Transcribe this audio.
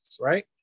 right